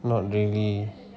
not really